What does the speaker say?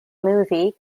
movie